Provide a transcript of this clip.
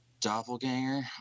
Doppelganger